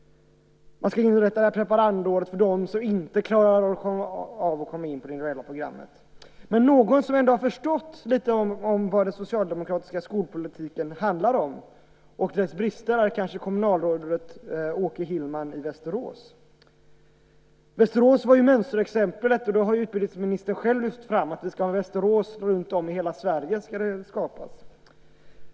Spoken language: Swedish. Man ska inrätta preparandåret för dem som inte klarar av att komma in på det individuella programmet. Någon som ändå har förstått lite av vad den socialdemokratiska skolpolitiken handlar om och dess brister är kommunalrådet Åke Hillman i Västerås. Västerås var mönsterexemplet. Det har utbildningsministern själv lyft fram. Det ska skapas Västerås runtom i hela Sverige.